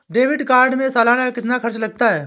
Debit card में सालाना कितना खर्च लगता है?